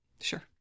Sure